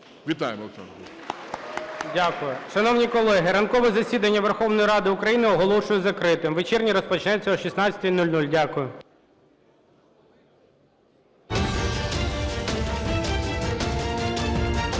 Дякую. Шановні колеги, ранкове засідання Верховної Ради України оголошую закритим. Вечірнє розпочнеться о 16:00. Дякую.